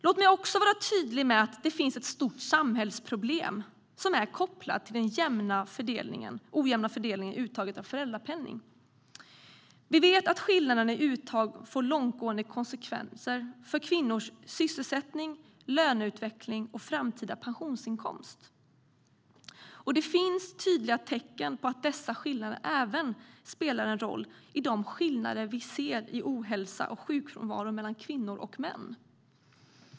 Låt mig också vara tydlig med att det finns ett stort samhällsproblem som är kopplat till den ojämna fördelningen i uttaget av föräldrapenning. Vi vet att skillnaderna i uttag får långtgående konsekvenser för kvinnors sysselsättning, löneutveckling och framtida pensionsinkomst, och det finns tydliga tecken på att dessa skillnader även spelar en roll för de skillnader vi ser i ohälsa och sjukfrånvaro mellan kvinnor och män.